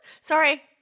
Sorry